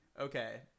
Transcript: okay